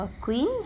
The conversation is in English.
Queen